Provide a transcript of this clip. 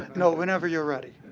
no, whenever you're ready.